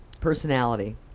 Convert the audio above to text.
personality